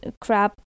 crap